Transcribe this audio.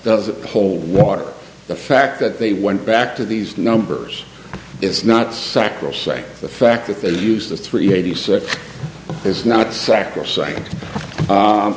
doesn't hold water the fact that they went back to these numbers is not sacrosanct the fact that they use the three eighty six is not sacrosanct